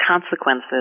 consequences